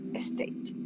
estate